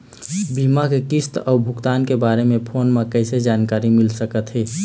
बीमा के किस्त अऊ भुगतान के बारे मे फोन म कइसे जानकारी मिल सकत हे?